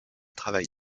travail